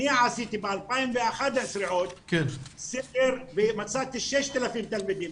אני עשיתי ב-2011 סקר ומצאתי 6,000 תלמידים.